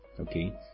Okay